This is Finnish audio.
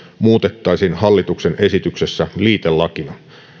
muutettaisiin hallituksen esityksessä liitelakina